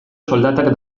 soldatak